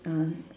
ah